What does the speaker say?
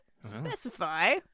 specify